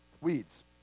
Weeds